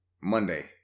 Monday